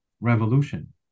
revolution